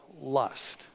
lust